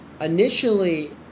initially